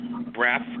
breath